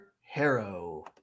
Harrow